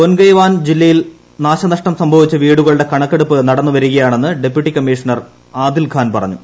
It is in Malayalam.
ബൊൻഗെയ്ഗാവുൻ ജില്ലയിൽ നാശനഷ്ടം സംഭവിച്ച വീടുകളുടെ കണക്കെടുപ്പ് നടന്നുവരികയാണെന്ന് ഡപ്യൂട്ടി കമ്മിഷണർ ആദിൽ ഖാൻ പറഞ്ഞു